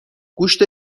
گوشت